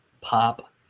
pop